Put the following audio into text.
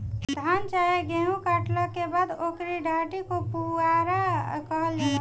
धान चाहे गेहू काटला के बाद ओकरा डाटी के पुआरा कहल जाला